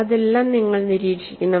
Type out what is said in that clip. അതെല്ലാം നിങ്ങൾ നിരീക്ഷിക്കണം